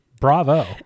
bravo